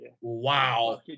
wow